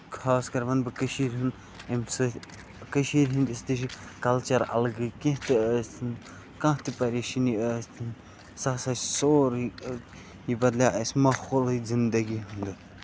خاص کر وَنہٕ بہٕ کٔشیٖر ہُند اَمہِ سۭتۍ کٔشیٖر ہِندِس تہِ چھُ کَلچر اَلگٕے کیٚنہہ تہِ ٲسِن کانہہ تہِ پَریشٲنۍ ٲسۍتَن سۄ سا چھِ سورُے یہِ بَدلے اَسہِ ماحولٕے زِندگی ہُنٛد